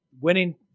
winning